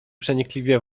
przenikliwie